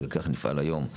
ולכך נפעל היום.